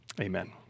Amen